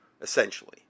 essentially